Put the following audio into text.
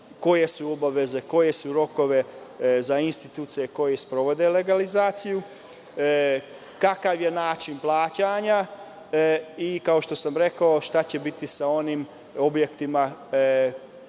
koje su obaveze, rokovi za institucije koje sprovode legalizaciju, kakav je način plaćanja i, kao što sam rekao, šta će biti sa onim objektima